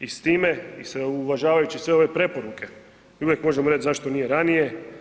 I s time i uvažavajući sve ove preporuke i uvijek možemo reć zašto nije ranije.